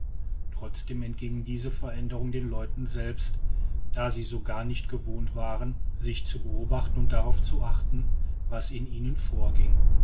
trotzdem entgingen diese veränderungen den leuten selbst da sie so gar nicht gewohnt waren sich zu beobachten und darauf zu achten was in ihnen vorging